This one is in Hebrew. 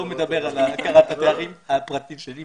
אני לא מדבר על הכרת התארים הפרטיים שלי.